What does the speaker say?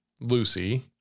Lucy